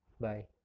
bye